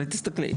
תסתכלי.